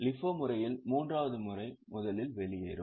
LIFO முறையில் மூன்றாவது முறை முதலில் வெளியேறும்